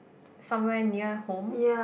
somewhere near home